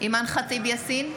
אימאן ח'טיב יאסין,